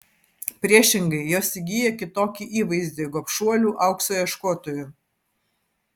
priešingai jos įgyja kitokį įvaizdį gobšuolių aukso ieškotojų